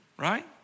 Right